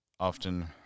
Often